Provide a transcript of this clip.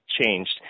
changed